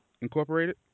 Incorporated